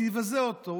זה יבזה אותו,